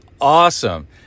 awesome